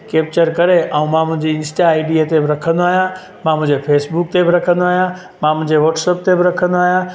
capture करे ऐं मां मुंहिंजी इंस्टा आईडीअ ते बि रखंदो आहियां मां मुंहिंजे फ़ेसबुक ते बि रखंदो आहियां मां मुंहिंजे वॉट्सअप ते बि रखंदो आहियां